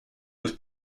was